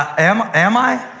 am am i?